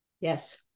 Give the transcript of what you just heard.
Yes